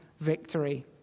victory